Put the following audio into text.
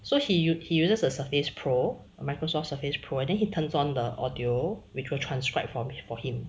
so he use he uses a surface pro a Microsoft surface pro and then he turns on the audio which will transcribe for for him